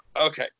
Okay